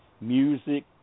music